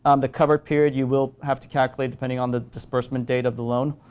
um the covered period you will have to calculate depending on the disbursement date of the loan.